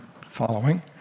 following